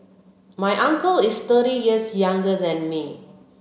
my uncle is thirty years younger than me